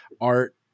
art